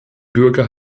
bürger